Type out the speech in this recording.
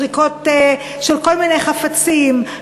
זריקות של כל מיני חפצים,